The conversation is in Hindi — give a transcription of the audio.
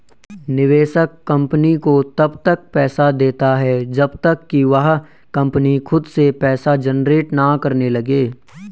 निवेशक कंपनी को तब तक पैसा देता है जब तक कि वह कंपनी खुद से पैसा जनरेट ना करने लगे